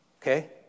okay